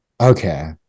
Okay